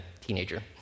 teenager